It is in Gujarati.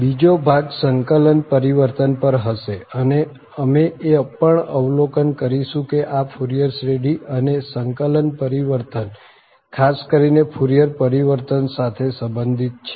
બીજો ભાગ સંકલન પરિવર્તન પર હશે અને અમે એ પણ અવલોકન કરીશું કે આ ફુરિયર શ્રેઢી અને સંકલન પરિવર્તન ખાસ કરીને ફુરિયર પરિવર્તન સાથે સંબંધિત છે